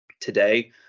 Today